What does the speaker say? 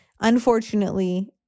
unfortunately